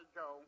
go